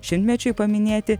šimtmečiui paminėti